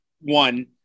one